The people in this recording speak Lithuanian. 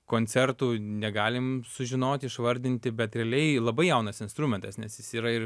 koncertų negalim sužinot išvardinti bet realiai labai jaunas instrumentas nes jis yra ir